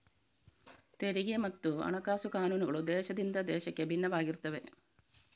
ತೆರಿಗೆ ಮತ್ತು ಹಣಕಾಸು ಕಾನೂನುಗಳು ದೇಶದಿಂದ ದೇಶಕ್ಕೆ ಭಿನ್ನವಾಗಿರುತ್ತವೆ